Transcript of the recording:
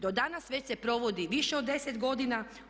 Do danas već se provodi više od 10 godina.